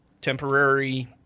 temporary